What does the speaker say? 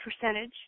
percentage